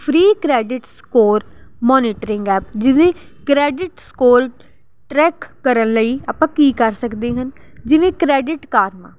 free credit score monitoring app ਜਿਹਦੀ credit score track ਕਰਨ ਲਈ ਆਪਾਂ ਕੀ ਕਰ ਸਕਦੇ ਹਨ ਜਿਵੇਂ ਕ੍ਰੈਡਿਟ ਕਾਰਮਾ